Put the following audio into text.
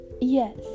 Yes